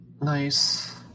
Nice